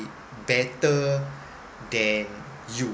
better than you